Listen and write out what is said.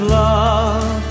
love